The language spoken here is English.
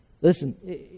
Listen